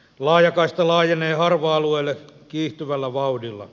laajakaista laajenee harva alueelle kiihtyvällä vauhdilla